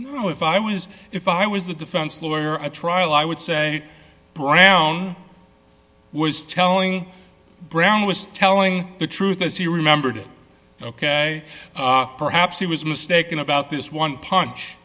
if i was if i was a defense lawyer at trial i would say brown was telling brown was telling the truth as he remembered it ok perhaps he was mistaken about this one punch